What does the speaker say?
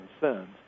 concerns